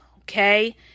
okay